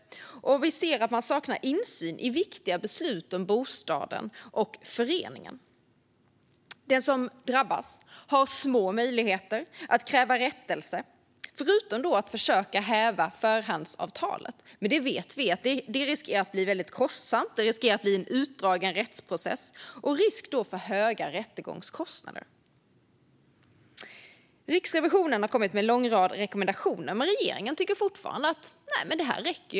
Vi ser att man saknar insyn i viktiga beslut om bostaden och föreningen. De som drabbas har små möjligheter att kräva rättelse, förutom att försöka häva förhandsavtalet. Men vi vet att det riskerar att bli väldigt kostsamt och leda till en utdragen rättsprocess med risk för höga rättegångskostnader. Riksrevisionen har kommit med en lång rad rekommendationer, men regeringen tycker fortfarande att det som finns räcker.